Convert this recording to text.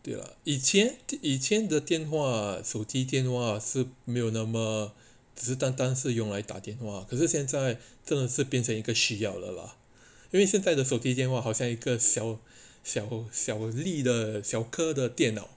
对啊以前以前的电话手机电话是没有那么只是单单是用来打电话可是现在真的是变成一个需要了 lah 因为现在的手机电话好像一个小小小粒小颗的电脑